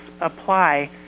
apply